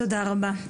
תודה רבה.